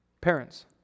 Parents